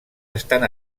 estan